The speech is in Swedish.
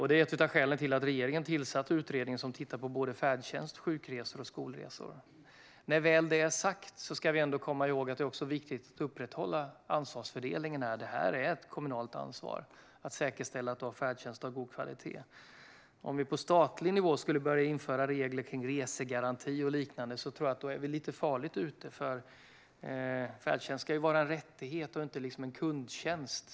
Det är ett av skälen till att regeringen tillsatte den utredning som tittar på både färdtjänst, sjukresor och skolresor. När detta väl är sagt ska vi ändå komma ihåg att det är viktigt att upprätthålla ansvarsfördelningen. Det är ett kommunalt ansvar att säkerställa att färdtjänsten har en god kvalitet. Om vi på statlig nivå skulle börja införa regler kring resegaranti och liknande tror jag att vi är lite farligt ute. Färdtjänst ska ju vara en rättighet och inte en kundtjänst.